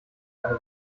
eine